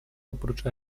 oprócz